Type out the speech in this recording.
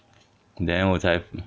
then 我才